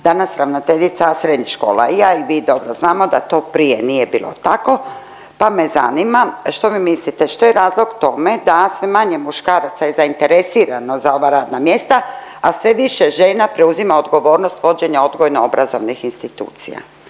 danas ravnateljica srednjih škola. I ja i vi dobro znamo da to prije nije bilo tako, pa me zanima što vi mislite što je razlog toga da sve manje muškaraca je zainteresirano za ova radna mjesta, a sve više žena preuzima odgovornost vođenja odgojno obrazovnih institucija.